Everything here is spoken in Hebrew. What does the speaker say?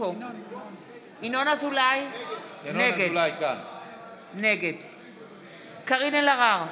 קארין אלהרר,